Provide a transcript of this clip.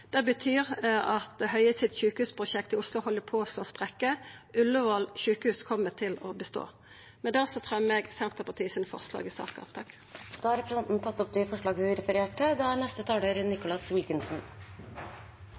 Det betyr at Høies sjukehusprosjekt i Oslo held på å slå sprekkar. Ullevål sjukehus kjem til å bestå. Med det fremjar eg Senterpartiet og SVs forslag i saka. Da har representanten Kjersti Toppe tatt opp det forslaget hun refererte